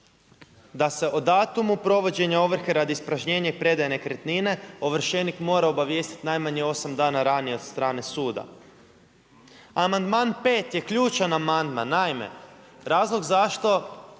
da se o datumu provođenja ovrhe radi ispražnjenja i predaje nekretnine ovršenik mora obavijestiti najmanje 8 dana ranije od strane suda. Amandman 5. je ključan amandman. Naime, razlog zašto